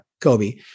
Kobe